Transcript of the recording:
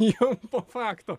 jau po fakto